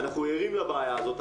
אנחנו ערים לבעיה הזאת.